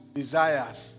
desires